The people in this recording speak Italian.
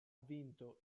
vinto